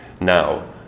Now